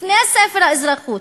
לפני ספר האזרחות,